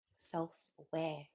Self-aware